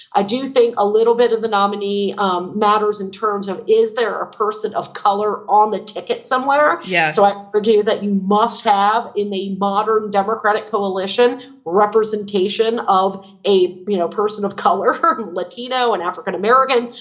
i do think a little bit of the nominee um matters in terms of is there a person of color on the ticket somewhere? yeah. so i argue that you must have in a modern democratic coalition representation of a you know person of color. latino and latino and african-american.